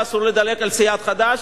אסור לדלג על סיעת חד"ש,